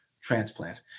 transplant